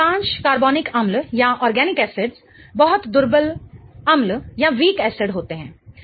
अधिकांश कार्बनिक अम्ल बहुत दुर्बल अम्ल होते हैं